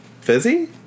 Fizzy